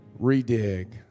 Redig